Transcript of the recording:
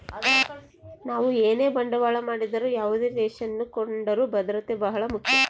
ನಾವು ಏನೇ ಬಂಡವಾಳ ಮಾಡಿದರು ಯಾವುದೇ ಷೇರನ್ನು ಕೊಂಡರೂ ಭದ್ರತೆ ಬಹಳ ಮುಖ್ಯ